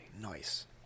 Nice